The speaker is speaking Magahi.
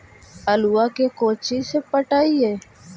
आलुआ के कोचि से पटाइए?